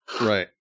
Right